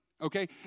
okay